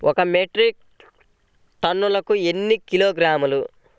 ఒక మెట్రిక్ టన్నుకు ఎన్ని కిలోగ్రాములు?